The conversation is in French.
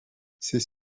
ces